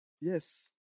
Yes